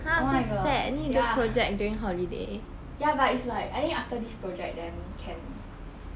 oh my god ya ya but it's like I think after this project then can